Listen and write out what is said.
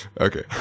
Okay